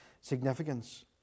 significance